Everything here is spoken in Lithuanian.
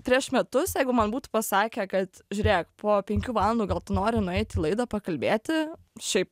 prieš metus jeigu man būtų pasakę kad žiūrėk po penkių valandų gal tu nori nueit į laidą pakalbėti šiaip